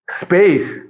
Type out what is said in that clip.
space